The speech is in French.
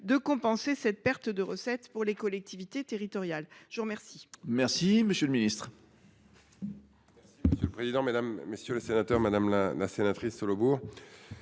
il compenser cette perte de recettes pour les collectivités territoriales ? La parole